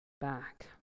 back